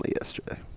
yesterday